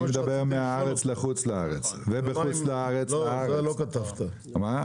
אני מדבר על צלצול מהארץ לחוץ לארץ וצלצול לארץ מחוץ לארץ.